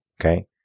okay